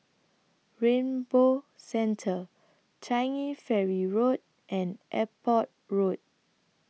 Rainbow Centre Changi Ferry Road and Airport Road